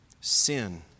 sin